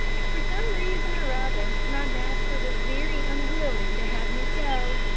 for some reason or other, my master was very unwilling to have me go.